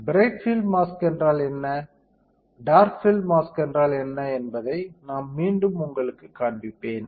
bright field என்றால் என்ன dark field mask என்றால் என்ன என்பதை நான் மீண்டும் உங்களுக்குக் காண்பிப்பேன்